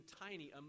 tiny